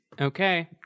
Okay